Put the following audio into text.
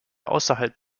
außerhalb